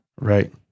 Right